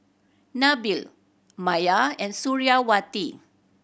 Nabil Maya and Suriawati